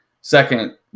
second